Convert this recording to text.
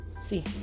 see